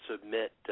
submit –